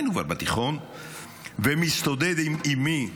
היינו כבר בתיכון אבא מגיע ומסתודד עם אימי,